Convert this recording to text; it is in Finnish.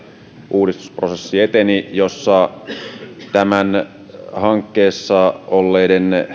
uudistusprosessi eteni jossa hankkeessa mukana olleiden